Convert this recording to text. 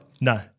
No